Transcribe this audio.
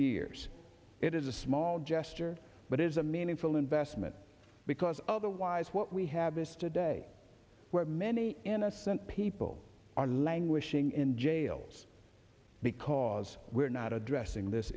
years it is a small gesture but it is a meaningful investment because otherwise what we have is today where many innocent people are languishing in jails because we're not addressing this